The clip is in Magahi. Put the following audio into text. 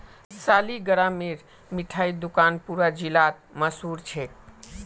सालिगरामेर मिठाई दुकान पूरा जिलात मशहूर छेक